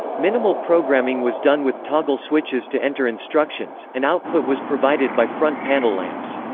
minimal programming was done with toggle switches to enter instructions, and output was provided by front panel lamps.